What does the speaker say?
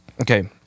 Okay